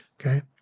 okay